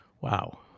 Wow